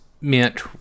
meant